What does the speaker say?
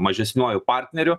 mažesniuoju partneriu